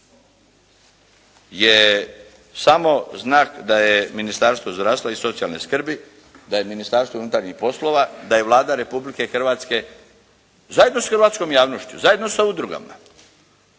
je samo znak da je Ministarstvo zdravstva i socijalne skrbi, da je Ministarstvo unutarnjih poslova, da je Vlada Republike Hrvatske zajedno sa hrvatskom javnošću, zajedno sa udrugama